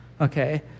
okay